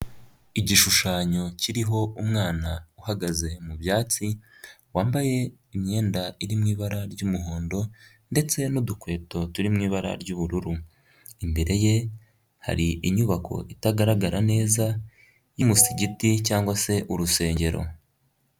Igishushanyo kiriho umwana uhagaze mu byatsi, wambaye imyenda iri mu ibara ry'umuhondo ndetse n'udukweto turi mu ibara ry'ubururu. Imbere ye hari inyubako itagaragara neza y'umusigiti cyangwa se urusengero.